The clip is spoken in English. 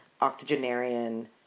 octogenarian